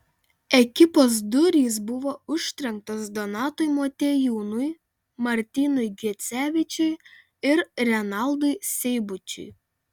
ekipos durys buvo užtrenktos donatui motiejūnui martynui gecevičiui ir renaldui seibučiui